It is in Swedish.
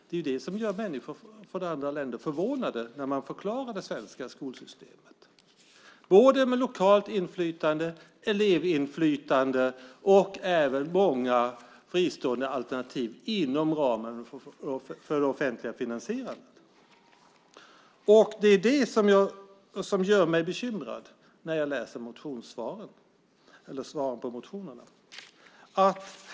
Det är detta som gör människor från andra länder förvånade när man förklarar det svenska skolsystemet, nämligen att vi har lokalt inflytande, elevinflytande och många fristående alternativ inom ramen för det offentligt finansierade. Jag blir därför bekymrad när jag läser svaren på motionerna.